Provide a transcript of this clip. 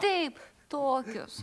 taip tokios